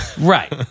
right